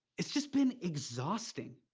it's just been exhausting.